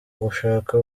ugushaka